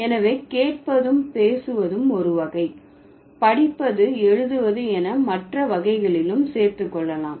எனவே கேட்பதும் பேசுவதும் ஒரு வகை படிப்பது எழுதுவது என மற்ற வகைகளிலும் சேர்த்து கொள்ளலாம்